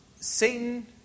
Satan